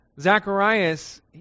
Zacharias